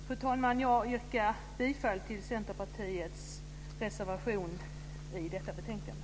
Fru talman! Jag yrkar bifall till Centerpartiets reservation i detta betänkande.